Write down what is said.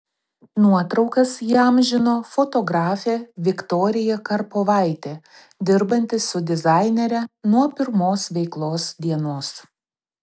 nuotraukas įamžino fotografė viktorija karpovaitė dirbanti su dizainere nuo pirmos veiklos dienos